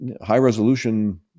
high-resolution